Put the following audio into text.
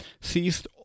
ceased